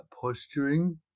posturing